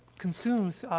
consumes, ah,